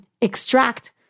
extract